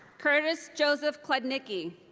kurtis joseph klodnicki.